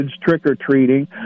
trick-or-treating